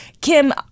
Kim